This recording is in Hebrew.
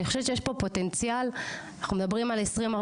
אני חושבת שיש פה פוטנציאל, אנחנו מדברים על 2048,